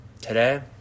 today